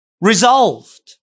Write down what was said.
resolved